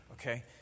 okay